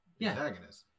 antagonist